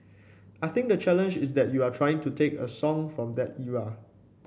I think the challenge is that you are trying to take a song from the era